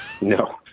no